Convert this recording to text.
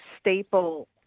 staple